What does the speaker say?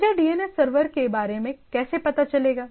मुझे DNS server के बारे में कैसे पता चलेगा